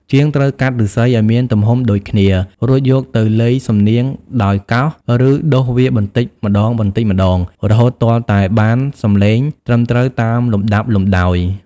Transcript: ជាងត្រូវកាត់ឫស្សីឱ្យមានទំហំដូចគ្នា រួចយកទៅលៃសំនៀងដោយកោស ឬដុសវាបន្តិចម្ដងៗ រហូតទាល់តែបានសំឡេងត្រឹមត្រូវតាមលំដាប់លំដោយ។